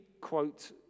quote